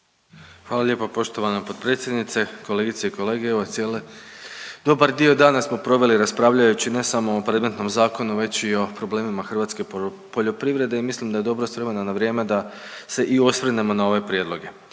Hvala lijepo poštovana potpredsjednice, kolegice i kolege. Evo dobar dio dana smo proveli raspravljajući ne samo o predmetnom zakonu već i o problemima hrvatske poljoprivrede i mislim da je dobro s vremena na vrijeme da se i osvrnemo na ove prijedloge,